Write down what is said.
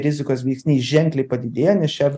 rizikos veiksniai ženkliai padidėja nes čia